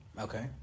Okay